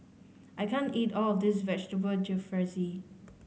I can't eat all of this Vegetable Jalfrezi